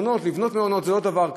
לבנות מעונות זה לא דבר קל.